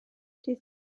dydd